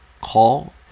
call